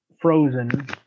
frozen